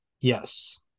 Yes